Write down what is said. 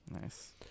nice